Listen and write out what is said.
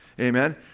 Amen